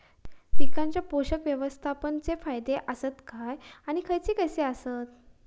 पीकांच्या पोषक व्यवस्थापन चे फायदे आसत काय आणि खैयचे खैयचे आसत?